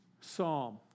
psalm